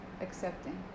accepting